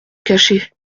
cacher